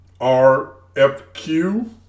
RFQ